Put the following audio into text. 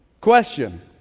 Question